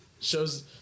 shows